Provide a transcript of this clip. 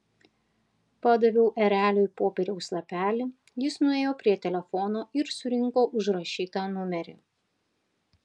padaviau ereliui popieriaus lapelį jis nuėjo prie telefono ir surinko užrašytą numerį